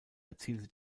erzielte